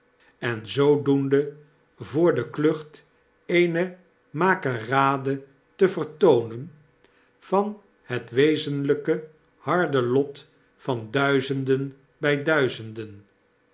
en zoodoende voor de klucht eene makerade te vertoonen van het wezenlijke harde lot van duizenden by duizenden